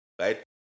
Right